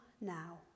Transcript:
now